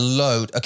load